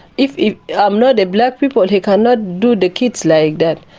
if if i'm not a black people he cannot do the kids like that.